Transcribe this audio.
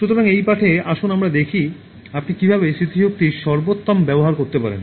সুতরাং এই পাঠে আসুন আমরা দেখি আপনি কীভাবে স্মৃতিশক্তির সর্বোত্তম ব্যবহার করতে পারেন